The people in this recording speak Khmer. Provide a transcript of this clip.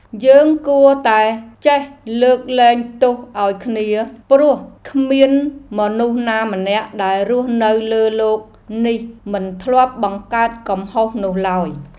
យើងគួរតែចេះលើកលែងទោសឱ្យគ្នា ព្រោះគ្មានមនុស្សណាម្នាក់ដែលរស់នៅលើលោកនេះមិនធ្លាប់បង្កើតកំហុសនោះឡើយ។